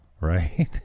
right